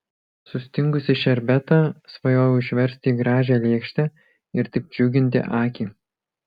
sustingusį šerbetą svajojau išversti į gražią lėkštę ir taip džiuginti akį